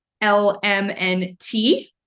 L-M-N-T